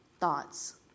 thoughts